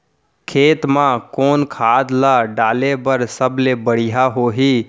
खेत म कोन खाद ला डाले बर सबले बढ़िया होही?